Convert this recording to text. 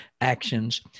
actions